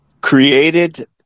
created